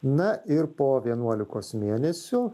na ir po vienuolikos mėnesių